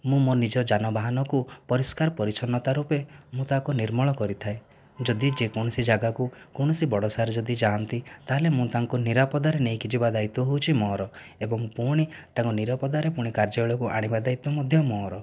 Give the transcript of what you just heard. ମୁଁ ମୋ ନିଜ ଯାନବାହାନକୁ ପରିଷ୍କାର ପରିଚ୍ଛନ୍ନତା ରୂପେ ମୁଁ ତାକୁ ନିର୍ମଳ କରିଥାଏ ଯଦି ଯେକୌଣସି ଯାଗାକୁ କୌଣସି ବଡ଼ ସାର୍ ଯଦି ଯାଆନ୍ତି ତାହେଲେ ମୁଁ ତାଙ୍କୁ ନିରାପଦରେ ନେଇକି ଯିବା ଦାୟିତ୍ୱ ହେଉଛି ମୋର ଏବଂ ପୁଣି ତାଙ୍କୁ ନିରାପଦରେ ପୁଣି କାର୍ଯ୍ୟାଳୟକୁ ଆଣିବା ଦାୟିତ୍ୱ ମଧ୍ୟ ମୋର